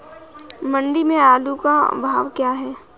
मंडी में आलू का भाव क्या है?